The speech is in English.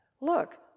look